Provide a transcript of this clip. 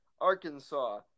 Arkansas